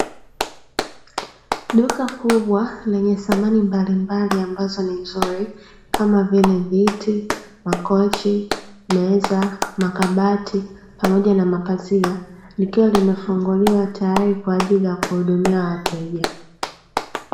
Duka kubwa lenye samani mbalimbali ambazo ni nzuri kama vile viti, makochi, meza, makabati pamoja na mapazia likiwa limefunguliwa tayari kwaajili ya kuhudumia wateja.